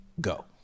go